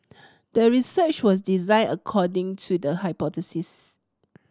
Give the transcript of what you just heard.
the research was designed according to the hypothesis